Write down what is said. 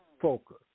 focus